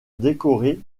décoré